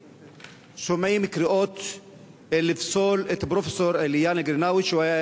ושומעים קריאות לפסול את פרופסור עליאן אל-קרינאווי,